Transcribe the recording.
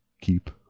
keep